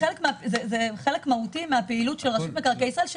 זה חלק מהותי מהפעילות של רשות מקרקעי ישראל,